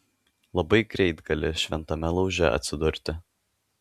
labai greit gali šventame lauže atsidurti